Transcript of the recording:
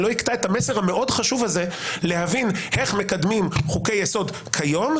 שלא יקטע את המסר המאוד חשוב הזה להבין איך מקדמים חוקי-יסוד כיום,